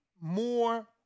more